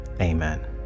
Amen